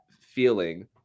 feeling